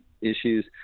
issues